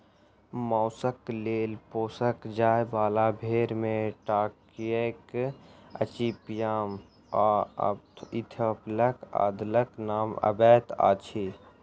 मौसक लेल पोसल जाय बाला भेंड़ मे टर्कीक अचिपयाम आ इथोपियाक अदलक नाम अबैत अछि